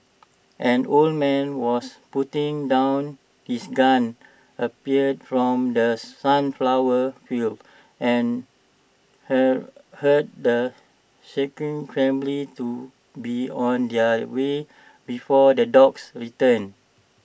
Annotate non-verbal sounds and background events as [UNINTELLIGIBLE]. an old man was putting down his gun appeared from the sunflower fields and [UNINTELLIGIBLE] hurt the shaken family to be on their way before the dogs return